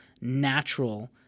natural